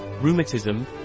rheumatism